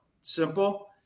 simple